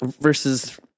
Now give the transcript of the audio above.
versus